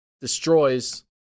destroys